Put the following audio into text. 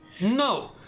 No